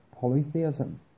polytheism